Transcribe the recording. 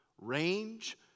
range